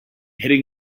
hitting